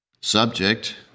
Subject